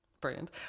brilliant